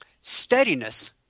Steadiness